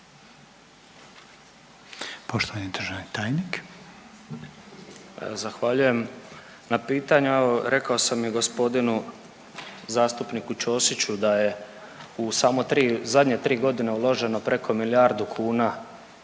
Josip (HDZ)** Zahvaljujem na pitanju. Rekao sam i g. zastupniku Ćosiću da je u samo 3, zadnje 3 godine uloženo preko milijardu kuna